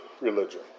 religion